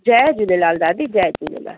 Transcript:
जय झूलेलाल दादी जय झूलेलाल